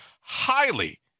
highly